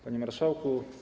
Panie Marszałku!